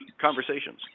conversations